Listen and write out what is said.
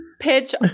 pitch